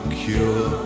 cure